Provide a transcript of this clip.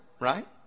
right